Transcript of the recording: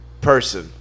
person